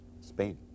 Spain